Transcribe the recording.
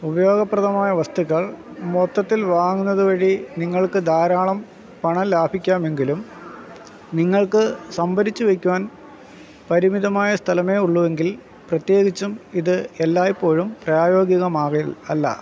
ഉപയോഗപ്രദമായ വസ്തുക്കൾ മൊത്തത്തിൽ വാങ്ങുന്നതുവഴി നിങ്ങൾക്ക് ധാരാളം പണം ലാഭിക്കാമെങ്കിലും നിങ്ങൾക്ക് സംഭരിച്ചു വയ്ക്കുവാൻ പരിമിതമായ സ്ഥലമേ ഉള്ളൂ എങ്കിൽ പ്രത്യേകിച്ചും ഇത് എല്ലായ്പ്പോഴും പ്രായോഗികം അല്ല